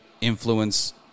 influence